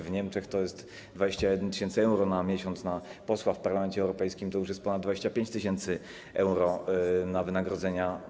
W Niemczech to jest 21 tys. euro na miesiąc na posła, w Parlamencie Europejskim to jest już ponad 25 tys. euro na posła na wynagrodzenia.